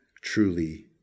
truly